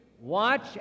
Watch